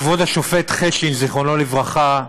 כבוד השופט חשין, זיכרונו לברכה,